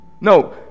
No